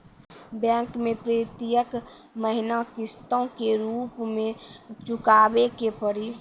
Bank मैं प्रेतियेक महीना किस्तो के रूप मे चुकाबै के पड़ी?